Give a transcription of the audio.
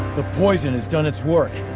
the poison has done it's work.